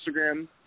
Instagram